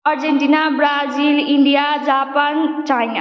Argentina Brazil India Japan China